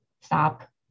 stop